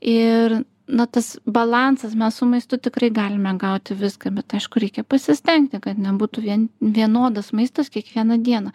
ir na tas balansas mes su maistu tikrai galime gauti viską bet aišku reikia pasistengti kad nebūtų vien vienodas maistas kiekvieną dieną